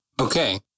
Okay